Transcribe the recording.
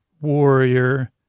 warrior